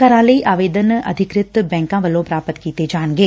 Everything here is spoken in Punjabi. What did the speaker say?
ਘਰਾਂ ਲਈ ਆਵੇਦਨ ਅਧਿਕ੍ਤਿ ਬੈਂਕਾਂ ਵੱਲੋਂ ਪ੍ਾਪਤ ਕੀਤੇ ਜਾਣਗੇ